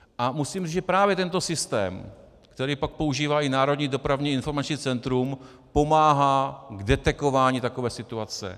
A musím říct, že právě tento systém, který pak používá i Národní dopravní informační centrum, pomáhá v detekování takovéto situace.